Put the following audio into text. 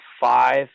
five